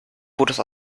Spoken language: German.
fotos